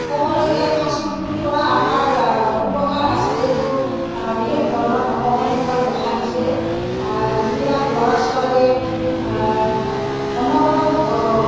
ক'বলে গ'লে ফাষ্টফুডটোৰ পৰা আমাৰ উপকাৰ আছে যদিও বিশেষধৰণৰ অপকাৰীতাও দেখা দিছে যিবিলাক ল'ৰা ছোৱালী অনবৰত